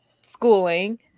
schooling